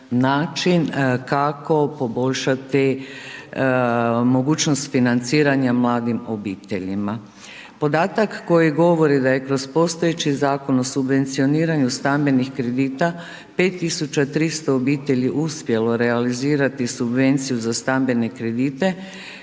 način kako poboljšati mogućnost financiranja mladim obiteljima. Podatak koji govori da je kroz postojeći Zakon o subvencioniranju stambenih kredita 5300 obitelji uspjelo realizirati subvenciju za stambene kredite,